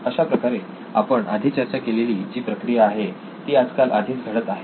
अशाप्रकारे आपण आधी चर्चा केलेली जी प्रक्रिया आहे ती आज काल आधीच घडत आहे